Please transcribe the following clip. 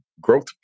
growth